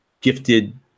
gifted